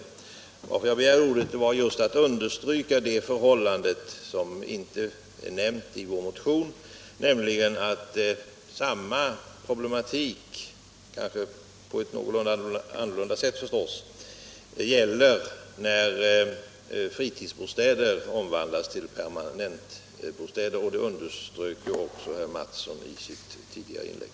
Jag begärde emellertid ordet nu för att ytterligare understryka ett förhållande som inte är nämnt i vår motion, nämligen att samma problem — ehuru på ett något annat sätt — uppstår när fritidsbostäder omvandlas till permanentbostäder, och det underströk också herr Mattsson i sitt tidigare inlägg.